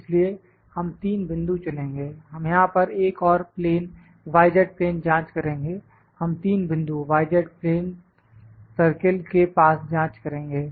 इसलिए हम तीन बिंदु चुनेंगे हम यहां पर एक और प्लेन y z प्लेन जांच करेंगे हम 3 बिंदु y z प्लेन सर्किल के पास जांच करेंगे